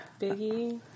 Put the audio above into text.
Biggie